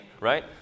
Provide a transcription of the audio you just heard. right